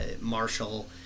Marshall